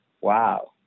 wow